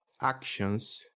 actions